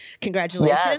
Congratulations